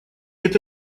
это